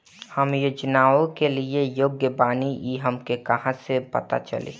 हम योजनाओ के लिए योग्य बानी ई हमके कहाँसे पता चली?